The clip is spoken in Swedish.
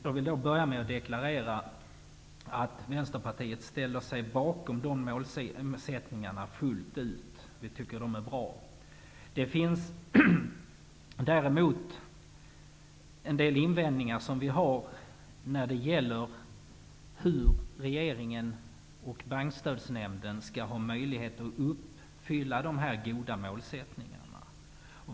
Jag vill börja med att deklarera att Vänsterpartiet ställer sig fullt ut bakom dessa målsättningar. Jag tycker att de är bra. Vi har däremot en del invändningar mot hur regeringen och Bankstödsnämnden skall ha möjlighet att uppfylla dessa goda målsättningar.